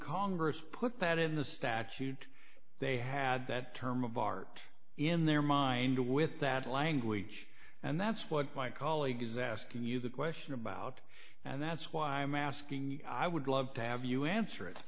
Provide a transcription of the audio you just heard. congress put that in the statute they had that term of art in their mind with that language and that's what my colleague is asking you the question about and that's why i'm asking i would love to have you answer it